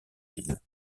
ville